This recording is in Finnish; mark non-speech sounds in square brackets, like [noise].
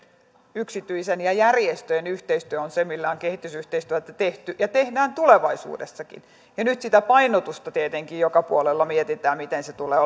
yksityisen ja järjestöjen yhteistyö on se millä on kehitysyhteistyötä tehty ja tehdään tulevaisuudessakin nyt sitä painotusta tietenkin joka puolella mietitään miten se tulee [unintelligible]